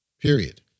period